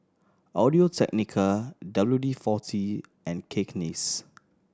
Audio Technica W D Forty and Cakenis